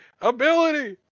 Ability